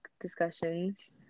discussions